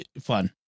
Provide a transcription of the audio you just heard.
fun